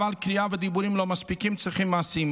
אבל קריאה ודיבורים לא מספיקים, צריך מעשים.